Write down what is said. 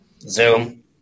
Zoom